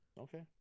Okay